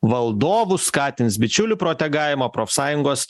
valdovus skatins bičiulių protegavimą profsąjungos